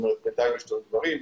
בינתיים השתנו דברים,